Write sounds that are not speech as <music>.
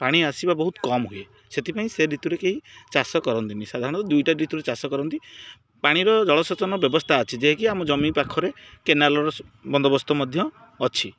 ପାଣି ଆସିବା ବହୁତ କମ୍ ହୁଏ ସେଥିପାଇଁ ସେ ଋତୁରେ କେହି ଚାଷ କରନ୍ତିନି ସାଧାରଣତଃ ଦୁଇଟା ଋତୁ ରେ ଚାଷ କରନ୍ତି ପାଣିର ଜଳସେଚନ ବ୍ୟବସ୍ଥା ଅଛି ଯେହହାକି ଆମ ଜମି ପାଖରେ କେନାଲ୍ର <unintelligible> ବନ୍ଦୋବସ୍ତ ମଧ୍ୟ ଅଛି